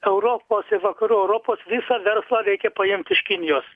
europos ir vakarų europos visą verslą reikia paimt iš kinijos